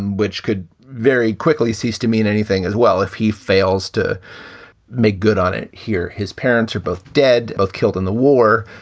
which could very quickly ceased to mean anything as well if he fails to make good on it. here his parents are both dead, both killed in the war.